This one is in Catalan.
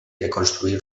reconstruir